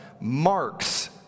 marks